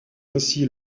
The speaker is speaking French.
ainsi